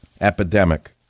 epidemic